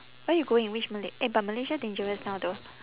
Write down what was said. where you going which malay~ eh but malaysia dangerous now though